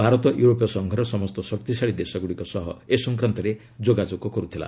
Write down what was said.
ଭାରତ ୟୁରୋପୀୟ ସଂଘର ସମସ୍ତ ଶକ୍ତିଶାଳୀ ଦେଶଗୁଡ଼ିକ ସହ ଏ ସଂକ୍ରାନ୍ତରେ ଯୋଗାଯୋଗ କରିଥିଲା